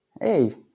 Hey